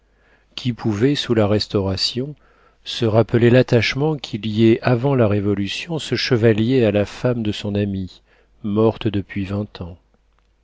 qui pouvait sous la restauration se rappeler l'attachement qui liait avant la révolution ce chevalier à la femme de son ami morte depuis vingt ans